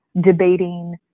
debating